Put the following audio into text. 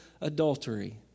adultery